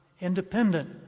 independent